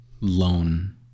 lone